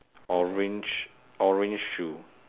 orange orange shoe